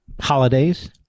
holidays